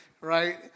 right